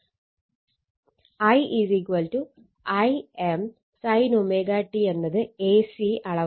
I Im sin ωt എന്നത് ac അളവാണ്